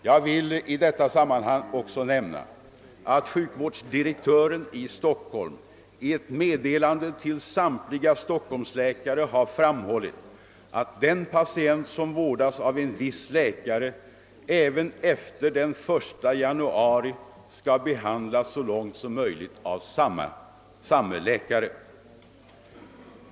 Jag vill i detta sammanhang nämna att sjukvårdsdirektören i Stockholm i ett meddelande till samtliga Stockholmsläkare har framhållit att den patient som vårdas av en viss läkare även efter den 1 januari skall så långt möjligt behandlas av samme läkare.